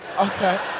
Okay